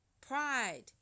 pride